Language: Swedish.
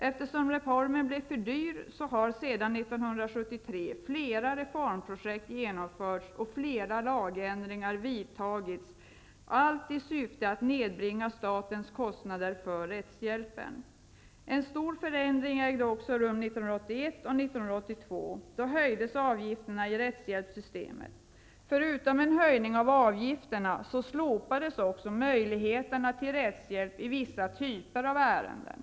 Eftersom reformen blev för dyr har sedan 1973 flera reformprojekt genomförts och flera lagändringar vidtagits, allt i syfte att nedbringa statens kostnader för rättshjälpen. En stor förändring ägde också rum 1981 och 1982. Då höjdes avgifterna i rättshjälpssystemet. Förutom en höjning av avgifterna, slopades också möjligheterna till rättshjälp i vissa typer av ärenden.